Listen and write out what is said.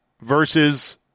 versus